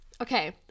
okay